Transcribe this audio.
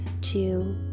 two